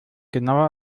genauer